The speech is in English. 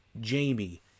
jamie